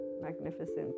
magnificent